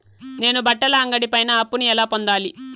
నేను బట్టల అంగడి పైన అప్పును ఎలా పొందాలి?